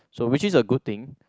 so which is a good thing